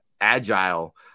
agile